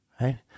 right